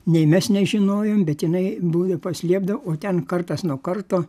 nei mes nežinojom bet jinai būdavo paslėpdavo o ten kartas nuo karto